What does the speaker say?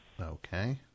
Okay